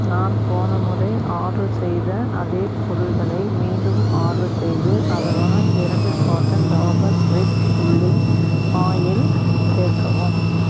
நான் போன முறை ஆர்டர் செய்த அதே பொருட்களை மீண்டும் ஆர்டர் செய்து அதனுடன் இரண்டு carton Dabur red pulling oil சேர்க்கவும்